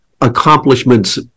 accomplishments